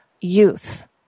youth